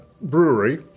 brewery